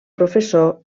professor